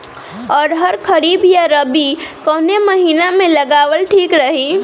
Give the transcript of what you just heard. अरहर खरीफ या रबी कवने महीना में लगावल ठीक रही?